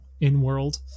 in-world